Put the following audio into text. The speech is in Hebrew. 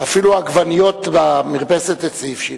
אפילו העגבניות במרפסת אצלי הבשילו.